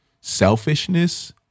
selfishness